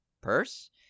purse